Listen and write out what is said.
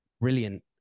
brilliant